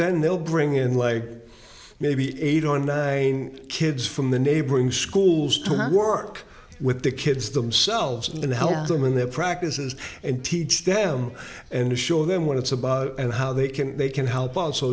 then they'll bring in like maybe eight or nine kids from the neighboring schools to work with the kids themselves and help them in their practices and teach them and to show them what it's about and how they can they can help out so